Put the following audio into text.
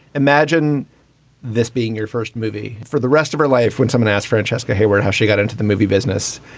imagine this being your first movie for the rest of her life. when someone asked francesca heyward how she got into the movie business,